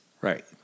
Right